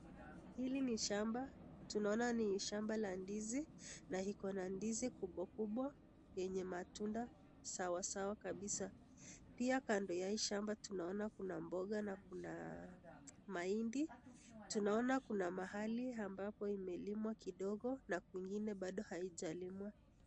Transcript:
Hili ni shamba, tunaona ni shamba la ndizi na iko na ndizi kubwa kubwa yenye matunda sawasawa kabisa pia kando ya hii shamba tunaona kuna mboga na kuna mahindi, tunaona kuna mahali ambapo pamelimwa kidogo na kwingine bado haijalimwa.